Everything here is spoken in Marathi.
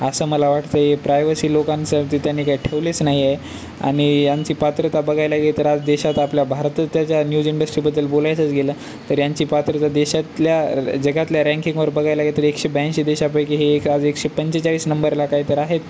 असं मला वाटतं आहे प्रायव्हसी लोकांचं तर त्यांनी काही ठेवलेच नाही आहे आणि यांची पात्रता बघायला गेलं तर आज देशात आपल्या भारत त्याच्या न्यूज इंडस्ट्रीबद्दल बोलायचंच गेलं तर यांची पात्रता देशातल्या जगातल्या रँकिंगवर बघायला गेलंतर एकशे ब्याऐंशी देशापैकी हे एक आज एकशे पंचेचाळीस नंबरला काय तर आहेत